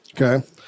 Okay